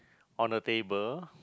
on a table